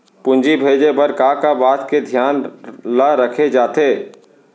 पूंजी भेजे बर का का बात के धियान ल रखे जाथे?